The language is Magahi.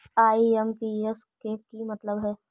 आई.एम.पी.एस के कि मतलब है?